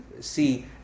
see